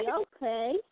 okay